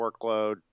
workload